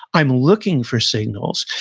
i'm looking for signals.